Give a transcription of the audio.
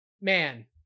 man